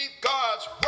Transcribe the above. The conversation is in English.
God's